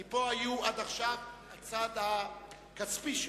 כי פה היה עד עכשיו הצד הכספי שבו.